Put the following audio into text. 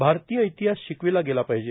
भारतीय इतिहास शिकविला गेला पाहिजे